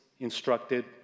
Instructed